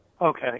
Okay